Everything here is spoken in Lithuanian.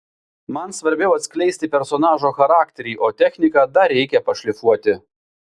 man svarbiau atskleisti personažo charakterį o techniką dar reikia pašlifuoti